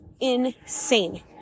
Insane